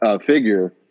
figure